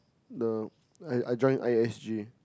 the I I join I S G